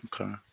Okay